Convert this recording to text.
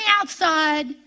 outside